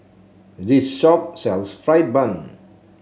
this shop sells fried bun